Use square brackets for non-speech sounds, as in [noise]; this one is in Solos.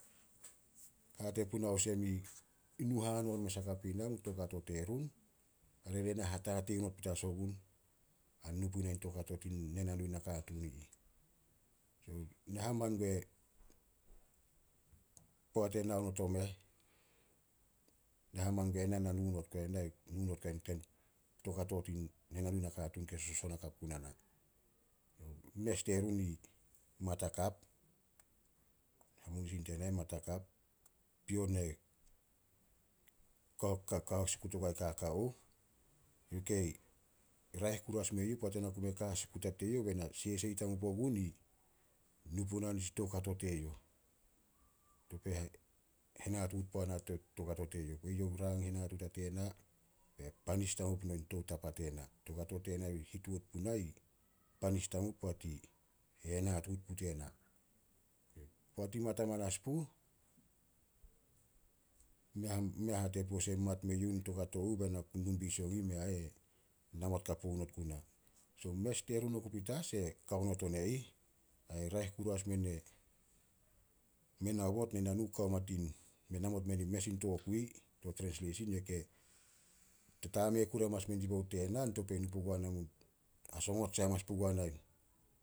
hate puna olsem i- i nu hanon mes hakap ina toukato terun. Hare ne na hatatei not petas ogun, a nu puna toukato tin nenanu nakatuun i ih. [unintelligible] Na haman gue na, na nu not guai- na nu not guai toukato tin nenanu nakatuun soson hakap guna na. Mes terun i mat hakap, hamunisin tena i mat hakap, pion ne [unintelligible] ka hasikut oguai kaka ouh. Youh kei raeh kuru as me yuh poat ena ku me ka hasikut a teyouh, bai na sesei tsi tamup ogun i nu puna nitsi toukato teyouh. Topei henatuut puana to toukato teyouh. Eyouh rang henatuut a tena be panis tamup nin toutapa tena. Toukato tena hituat puna i panis tamup poat i henatuut puh tena. Poat i mat amanas puh, mea- mea hate puh i mat me yuh toukato uh be na ku numbi sioung ih, mei ah e namot kapu not guna. So mes terun oku petas e kao not on e ih. Ai raeh kuru as men e men aobot nenanu [unintelligible] namot men mes in tokui to trensleisin, youh ke tatame kuru amanas mendi bouh tena topei nu pugua na, hasongot sai manas pugua nai